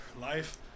Life